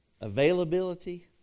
availability